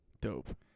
Dope